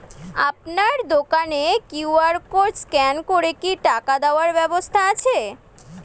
আপনার দোকানে QR code scan করে কি টাকা দেওয়ার ব্যবস্থা আছে?